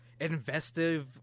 investive